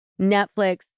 Netflix